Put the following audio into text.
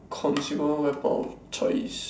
consumable weapon of choice